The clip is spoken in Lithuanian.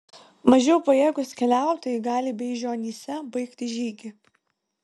mažiau pajėgūs keliautojai gali beižionyse baigti žygį